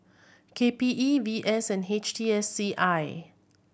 K P E V S and H T S C I